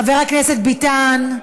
חבר הכנסת ביטן,